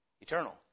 eternal